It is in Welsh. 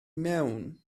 mewn